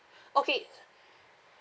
okay